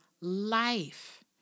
life